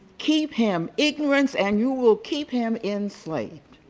keep him ignorant and you will keep him enslaved.